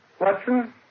Watson